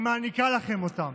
והיא מעניקה לכם אותן.